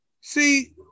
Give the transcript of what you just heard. See